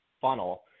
funnel